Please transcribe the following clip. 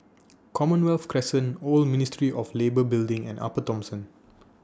Commonwealth Crescent Old Ministry of Labour Building and Upper Thomson